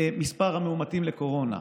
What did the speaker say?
מספר המאומתים לקורונה.